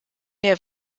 der